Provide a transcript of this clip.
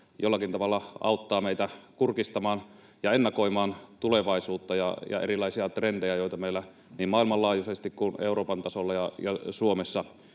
jollakin tavalla auttaa meitä kurkistamaan tulevaisuuteen ja ennakoimaan sitä ja erilaisia trendejä, joita niin maailmanlaajuisesti kuin Euroopan tasolla ja Suomessa